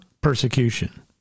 persecution